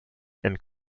and